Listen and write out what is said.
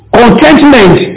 contentment